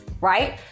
right